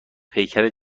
پیکر